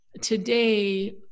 Today